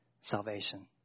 salvation